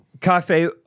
Cafe